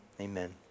amen